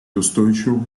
устойчивым